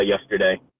yesterday